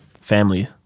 family